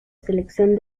selección